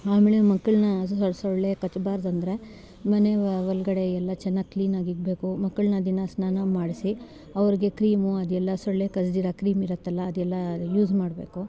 ಆಮೇಲೆ ಮಕ್ಕಳನ್ನು ಸೊಳ್ಳೆ ಕಚ್ಚಬಾರ್ದೆಂದ್ರೆ ಮನೆ ಒಳಗಡೆ ಎಲ್ಲ ಚೆನ್ನಾಗಿ ಕ್ಲೀನಾಗಿಡಬೇಕು ಮಕ್ಕಳನ್ನು ದಿನ ಸ್ನಾನ ಮಾಡಿಸಿ ಅವ್ರಿಗೆ ಕ್ರೀಮು ಅದೆಲ್ಲ ಸೊಳ್ಳೆ ಕಚ್ದಿರೋ ಕ್ರೀಮ್ ಇರುತ್ತಲ್ಲ ಅದೆಲ್ಲ ಯೂಸ್ ಮಾಡಬೇಕು